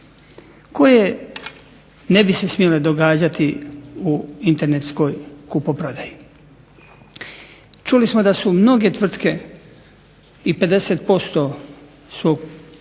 koje ne bi se smjele događati u internetskoj kupoprodaji. Čuli smo da su mnoge tvrtke i 50% svog